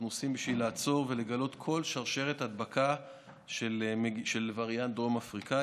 בשביל לעצור ולגלות כל שרשרת הדבקה של הווריאנט הדרום-אפריקאי,